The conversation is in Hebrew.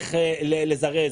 דרך לזרז.